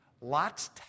Lot's